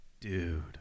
Dude